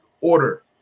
order